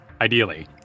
ideally